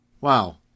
Wow